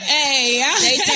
Hey